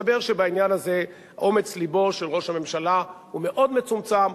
מסתבר שבעניין הזה אומץ לבו של ראש הממשלה הוא מאוד מצומצם.